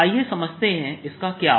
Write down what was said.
आइए समझते हैं कि इसका क्या अर्थ है